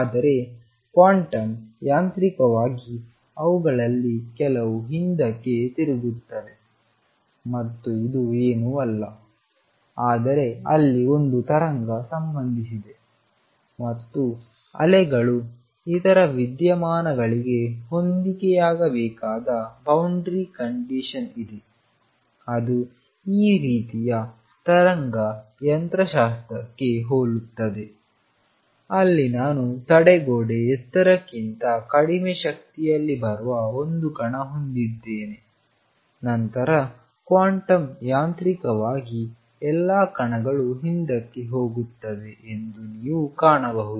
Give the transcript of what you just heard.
ಆದರೆ ಕ್ವಾಂಟಮ್ ಯಾಂತ್ರಿಕವಾಗಿ ಅವುಗಳಲ್ಲಿ ಕೆಲವು ಹಿಂದಕ್ಕೆ ತಿರುಗುತ್ತವೆ ಮತ್ತು ಇದು ಏನೂ ಅಲ್ಲ ಆದರೆ ಅಲ್ಲಿ ಒಂದು ತರಂಗ ಸಂಬಂಧಿಸಿದೆ ಮತ್ತು ಅಲೆಗಳು ಇತರ ವಿದ್ಯಮಾನಗಳಿಗೆ ಹೊಂದಿಕೆಯಾಗಬೇಕಾದ ಬೌಂಡರಿ ಕಂಡೀಶನ್ ಇದೆ ಅದು ಈ ರೀತಿಯ ತರಂಗ ಯಂತ್ರಶಾಸ್ತ್ರಕ್ಕೆ ಹೋಲುತ್ತದೆ ಅಲ್ಲಿ ನಾನು ತಡೆಗೋಡೆ ಎತ್ತರಕ್ಕಿಂತ ಕಡಿಮೆ ಶಕ್ತಿಯಲ್ಲಿ ಬರುವ ಒಂದು ಕಣ ಹೊಂದಿದ್ದೇನೆ ನಂತರ ಕ್ವಾಂಟಮ್ ಯಾಂತ್ರಿಕವಾಗಿ ಎಲ್ಲಾ ಕಣಗಳು ಹಿಂದಕ್ಕೆ ಹೋಗುತ್ತವೆ ಎಂದು ನೀವು ಕಾಣಬಹುದು